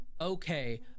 Okay